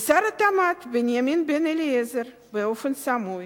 ושר התמ"ת בנימין בן-אליעזר, באופן סמוי.